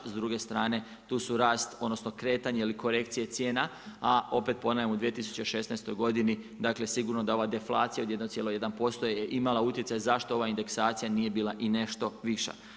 S druge strane tu su rast, odnosno kretanje ili korekcije cijena a opet ponavljam u 2016. godini dakle sigurno da ova deflacija od 1,1% je imala utjecaj zašto ova indeksacija nije bila i nešto više.